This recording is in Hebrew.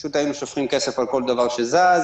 פשוט היינו שופכים כסף על כל דבר שזז,